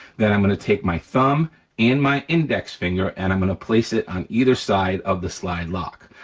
then i'm gonna take my thumb and my index finger and i'm gonna place it on either side of the slide lock.